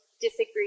disagree